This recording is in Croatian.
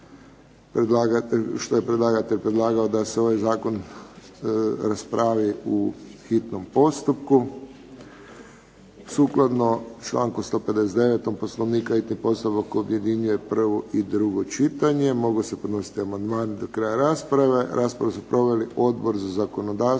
što je predlagatelj predlagao da se ovaj zakon raspravi u hitnom postupku. Sukladno čl. 159. Poslovnika hitni postupak objedinjuje prvo i drugo čitanje. Moglo se podnositi amandmane do kraja rasprave. Raspravu su proveli Odbor za zakonodavstvo,